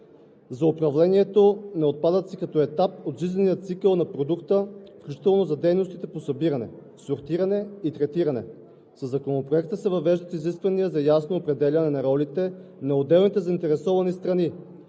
за управлението на отпадъци като етап от жизнения цикъл на продукта, включително за дейностите по събиране, сортиране и третиране. Със Законопроекта се въвеждат изисквания за ясно определяне на ролите на отделните заинтересовани страни